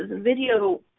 video